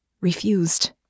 Refused